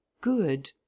good